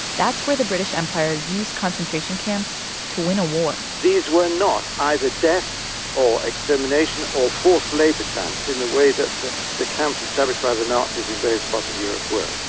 that's where the british empire used concentration camps to win a war these were not either death or extermination or forced labor camps in the way that the the camps established by the nazis in various parts of europe were.